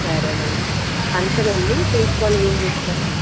సరే అండి ఫంక్షన్ ఉంది చూసుకొని వీలు చేసుకొని వస్తాం